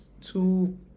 Two